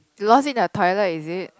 you lost in the toilet is it